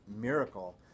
miracle